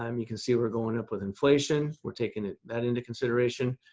um you can see we're going up with inflation. we're taking that into consideration.